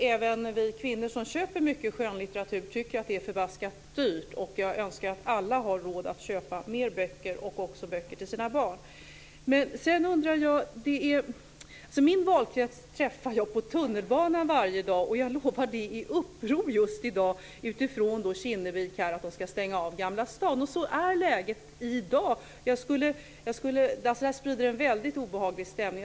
Även vi kvinnor som köper mycket skönlitteratur tycker att det är förbaskat dyrt. Jag önskar att alla har råd att köpa mer böcker och också böcker till sina barn. Min valkrets träffar jag på tunnelbanan varje dag. Jag lovar: Det är uppror just i dag för att Kinnevik ska stänga av Gamla stan. Så är läget i dag. Det sprider en obehaglig stämning.